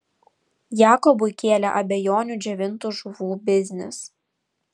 jakobui kėlė abejonių džiovintų žuvų biznis